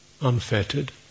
unfettered